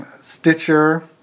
Stitcher